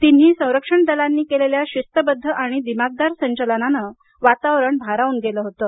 तीनही संरक्षण दलांनी केलेल्या शिस्तबद्ध आणि दिमाखदार संचालनानं वातावरण भारावून गेलं होतं